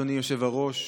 אדוני היושב-ראש,